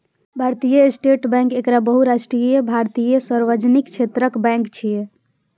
भारतीय state bank एकटा बहुराष्ट्रीय भारतीय सार्वजनिक क्षेत्रक बैंक छियै